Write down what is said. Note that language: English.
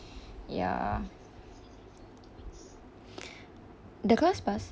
ya the classpass